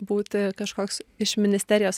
būti kažkoks iš ministerijos